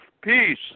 peace